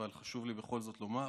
אבל חשוב לי בכל זאת לומר.